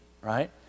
right